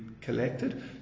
collected